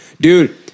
Dude